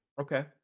okay